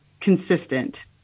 consistent